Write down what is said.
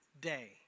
day